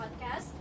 podcast